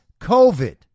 COVID